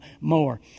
more